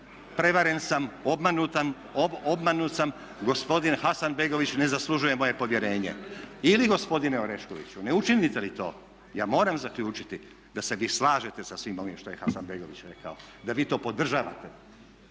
prevaren sam, obmanut sam, gospodin Hasanbegović ne zaslužuje moje povjerenje. Ili gospodine Oreškoviću, ne učinite li to, ja moram zaključiti da se vi slažete sa svim ovim što je Hasanbegović rekao, da vi to podržavate